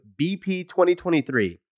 BP2023